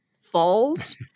falls